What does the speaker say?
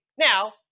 now